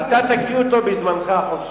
ואתה תקריא אותו בזמנך החופשי.